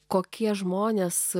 kokie žmonės